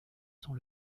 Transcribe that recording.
sont